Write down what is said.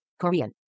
Korean